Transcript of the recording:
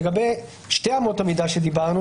לגבי שתי אמות המידה עליהן דיברנו,